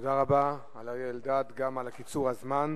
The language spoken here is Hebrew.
תודה רבה לאריה אלדד, גם על קיצור הזמן.